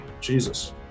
Jesus